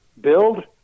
build